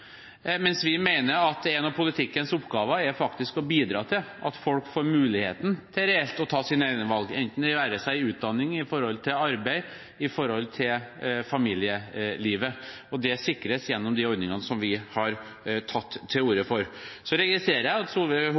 mens vi mener at en av politikkens oppgaver faktisk er å bidra til at folk reelt får muligheten til å ta sine egne valg, enten det gjelder utdanning, arbeid eller familielivet. Det sikres gjennom de ordningene som vi har tatt til orde for. Jeg registrerer at Solveig Horne absolutt ikke er bekymret over at